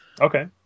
Okay